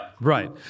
Right